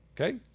Okay